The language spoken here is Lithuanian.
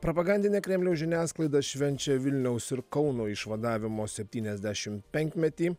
prapagandinė kremliaus žiniasklaida švenčia vilniaus ir kauno išvadavimo septyniasdešim penkmetį